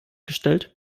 gestellt